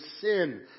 sin